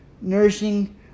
nourishing